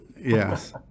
Yes